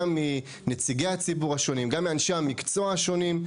גם מנציגי הציבור השונים,